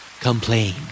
Complain